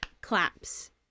Claps